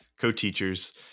co-teachers